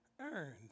earned